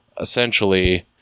essentially